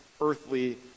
earthly